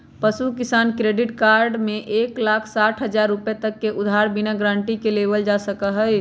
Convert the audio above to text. पशु किसान credit card में एक लाख साठ हजार रुपए तक के उधार बिना गारंटी के लेबल जा सका हई